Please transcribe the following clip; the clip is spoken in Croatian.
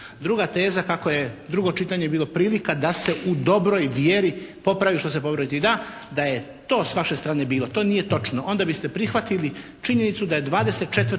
Druga teza kako je drugo čitanje bilo prilika da se u dobroj vjeri popravi što se popraviti da, da je to s vaše strane bilo. To nije točno. Onda biste prihvatili činjenicu da je 24.